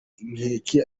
inkeke